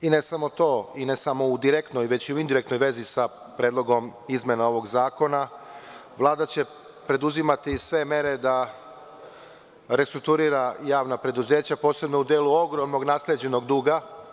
Ne samo to i ne samo u direktnoj, već i u indirektnoj vezi sa predlogom izmena ovog zakona, Vlada će preduzimati sve mere da restrukturira javna preduzeća, posebno u delu ogromnog nasleđenog duga.